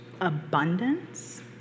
abundance